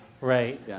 Right